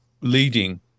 leading